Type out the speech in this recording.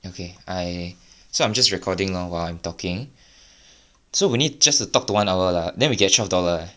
okay I so I'm just recording now while I'm talking so we need just talk to one hour lah then we get twelve dollar eh